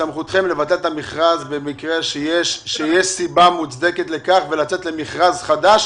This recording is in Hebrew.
סמכותכם לבטל את המכרז במקרה שיש סיבה מוצדקת לכך ולצאת למכרז חדש